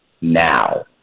now